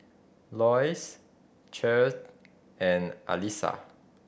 Lois Chet and Alisha